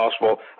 possible